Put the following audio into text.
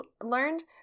learned